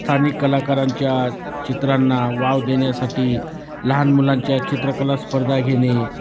स्थानिक कलाकारांच्या चित्रांना वाव देण्यासाठी लहान मुलांच्या चित्रकला स्पर्धा घेणे